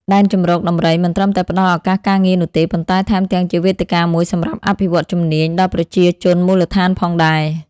ដែនជម្រកដំរីមិនត្រឹមតែផ្តល់ឱកាសការងារនោះទេ ប៉ុន្តែថែមទាំងជាវេទិកាមួយសម្រាប់ អភិវឌ្ឍន៍ជំនាញ ដល់ប្រជាជនមូលដ្ឋានផងដែរ។